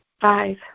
Five